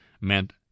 meant